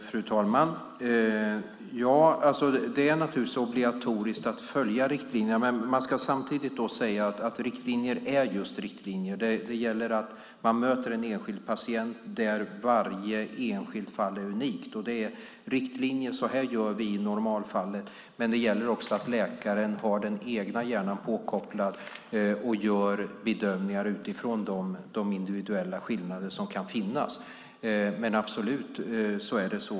Fru talman! Det är naturligtvis obligatoriskt att följa riktlinjerna. Men samtidigt ska sägas att riktlinjer är just riktlinjer. Det gäller att möta en enskild patient där varje enskilt fall är unikt. Riktlinjer innebär vad som görs i normalfallet, men det gäller också att läkaren har den egna hjärnan påkopplad och gör bedömningar utifrån de individuella skillnader som kan finnas.